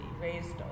raised